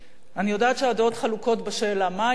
אני יודעת שהדעות חלוקות בשאלה מה היה מחליט.